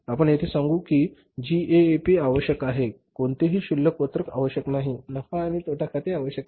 आपण येथे सांगू कि जीएएपी आवश्यक आहे कोणतेही शिल्लक पत्रक आवश्यक नाही नफा आणि तोटा खाते आवश्यक नाही